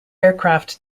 aircraft